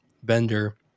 vendor